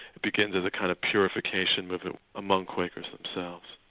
it begins as a kind of purification movement among quakers themselves.